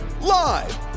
live